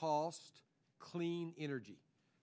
cost clean energy